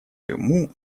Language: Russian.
ему